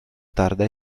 tarda